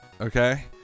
okay